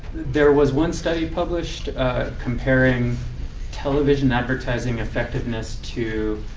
there was one study published comparing television advertising effectiveness to